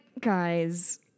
guys